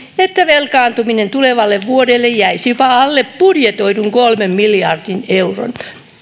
että velkaantuminen tulevalle vuodelle jäisi jopa alle budjetoidun kolmen miljardin euron